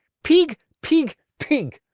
peeg, peeg, peeg!